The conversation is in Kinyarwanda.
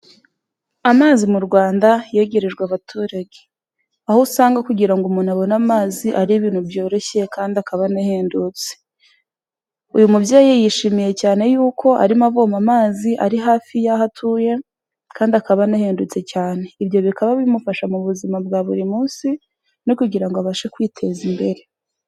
Amazi mu Rwanda, yegerejwe abaturage. Aho usanga kugira umuntu abone amazi, ari ibintu byoroshye kandi akaba anahendutse. Uyu mubyeyi yishimiye cyane y'uko arimo avoma amazi ari hafi y'aho atuye ,kandi akaba anahendutse cyane. Ibyo bikaba bimufasha mu buzima bwa buri munsi, no kugira ngo abashe kwiteza imbere.